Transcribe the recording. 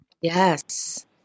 Yes